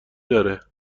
داره